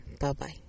Bye-bye